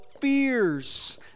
fears